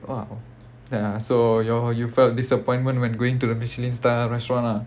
!wah! ya so you're you felt disappointment when going to the michelin star restaurant lah